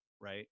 right